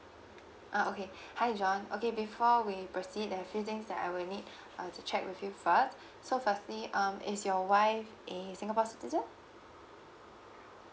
ah okay hi john okay before we proceed there are few things that I will need uh to check with you first so firstly um is your wife a singapore citizen